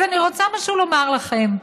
אז אני רוצה לומר לכם משהו: